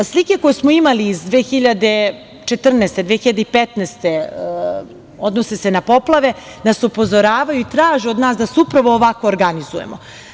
Slike koje smo imali iz 2014. i 2015. godine odnose se na poplave i upozoravaju nas i traže od nas da se upravo ovako organizujemo.